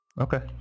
Okay